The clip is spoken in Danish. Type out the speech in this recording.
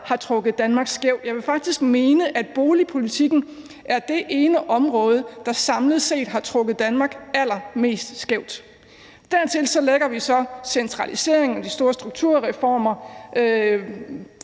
har trukket Danmark skævt. Jeg vil faktisk mene, at boligpolitikken er det område, der samlet set har trukket Danmark allermest skævt. Dertil kan vi lægge centraliseringen og de store strukturreformer,